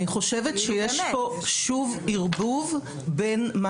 אני חושבת שיש כאן שוב ערבוב בין מה